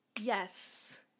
Yes